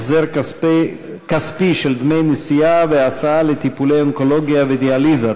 החזר כספי של דמי נסיעות והסעות לטיפולי אונקולוגיה ודיאליזה),